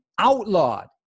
outlawed